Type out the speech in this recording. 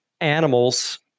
animals